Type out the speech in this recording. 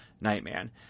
Nightman